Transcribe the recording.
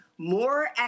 more